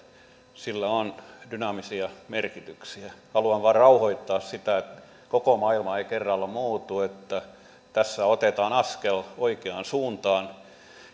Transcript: sillä on dynaamisia merkityksiä haluan vain rauhoittaa että koko maailma ei kerralla muutu että tässä otetaan askel oikeaan suuntaan